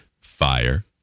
fire